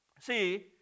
See